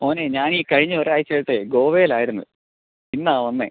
മോനെ ഞാൻ ഈ കഴിഞ്ഞ ഒരു ആഴ്ച്ച ആയിട്ട് ഗോവയിലായിരുന്നു ഇന്നാണ് വന്നത്